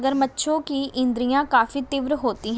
मगरमच्छों की इंद्रियाँ काफी तीव्र होती हैं